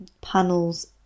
panels